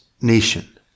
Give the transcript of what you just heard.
nation